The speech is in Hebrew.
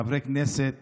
חברי הכנסת